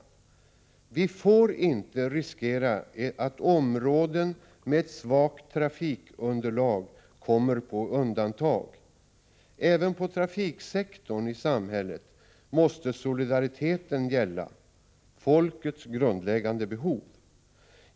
Vi får inte riskera att områden med ett svagt trafikunderlag kommer på undantag. Även på trafiksektorn i samhället måste solidariteten gälla folkets grundläggande behov.